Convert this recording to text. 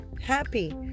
happy